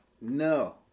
No